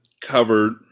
covered